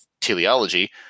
teleology